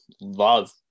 love